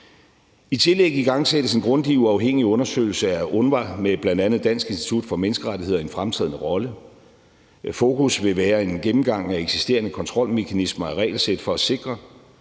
I tillæg igangsættes en grundig uafhængig undersøgelse af UNRWA med bl.a. dansk Institut for Menneskerettigheder i en fremtrædende rolle. Fokus vil være en gennemgang af eksisterende kontrolmekanismer af regelsæt for at sikre,